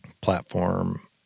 platform